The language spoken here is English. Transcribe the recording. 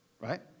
right